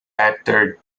actor